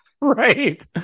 Right